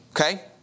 okay